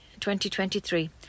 2023